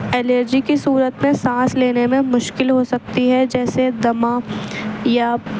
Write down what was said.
allergy کی صورت میں سانس لینے میں مشکل ہو سکتی ہے جیسے دمہ یا